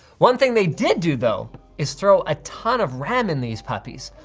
one thing they did do though is throw a ton of ram in these puppies.